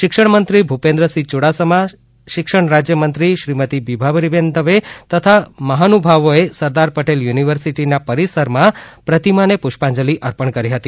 શિક્ષણમંત્રી ભૂપેન્દ્રસિંહ યૂડાસમા શિક્ષણ રાજ્યમંત્રી શ્રીમતી વિબાવરીબેન દવે તથા મહાનુભાવોએ સરદાર પટેલ યુનિવર્સિટીના પરિસરમાં પ્રતિમાને પુષ્પાજંલી અર્પણ કરી હતી